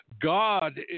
God